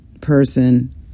person